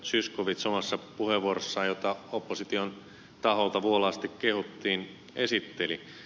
zyskowicz omassa puheenvuorossaan jota opposition taholta vuolaasti kehuttiin esitteli